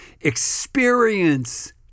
Experience